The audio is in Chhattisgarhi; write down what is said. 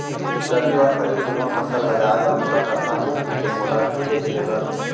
रबि व खरीफ दुनो फसल लगाए बर मोला कतना एच.पी के मोटर खरीदे के जरूरत हे?